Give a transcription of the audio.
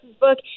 book